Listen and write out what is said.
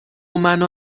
منو